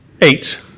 Eight